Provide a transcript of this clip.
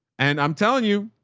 and i'm telling you,